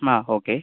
ആ ഓക്കെ